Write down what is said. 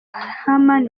heman